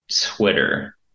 Twitter